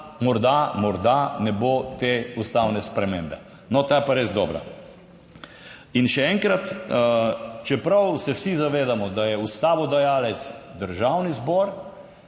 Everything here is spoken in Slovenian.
morda, morda ne bo te ustavne spremembe. No, ta je pa res dobra. In še enkrat, čeprav se vsi zavedamo, da je ustavodajalec Državni zbor.